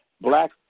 black